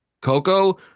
Coco